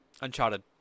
Uncharted